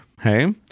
hey